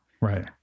Right